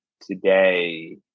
today